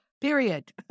Period